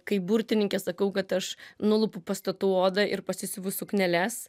kaip burtininkė sakau kad aš nulupu pastatų odą ir pasisiuvu sukneles